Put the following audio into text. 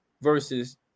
versus